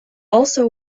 also